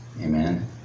Amen